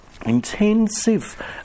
Intensive